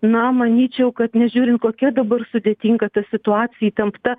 na manyčiau kad nežiūrint kokia dabar sudėtinga ta situacija įtempta